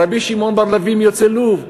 רבי שמעון לביא מיוצאי לוב.